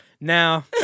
Now